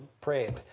prayed